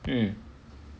mm